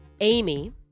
Amy